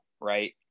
right